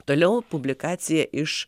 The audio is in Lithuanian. toliau publikacija iš